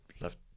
left